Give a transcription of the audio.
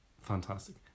Fantastic